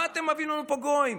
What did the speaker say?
מה אתה מביא לנו פה גויים,